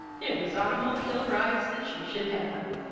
it was automobile rides that she should have!